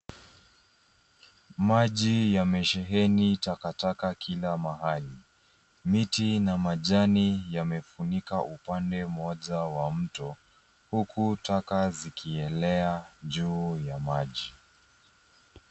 Maji yamesheheni takataka kila mahali. Miti na majani yamefunika upande moja wa mto huku taka zikielea juu ya maji.